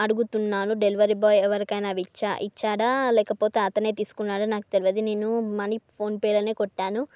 అడుగుతున్నాను delivery boy ఎవరికైనా విచ్చా ఇచ్చాడా లేకపోతే అతనే తీసుకున్నాడు నాకు తెలియదు నేను మనీ ఫోన్పేలోనే కొట్టాను